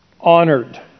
honored